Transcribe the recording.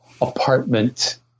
apartment